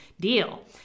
deal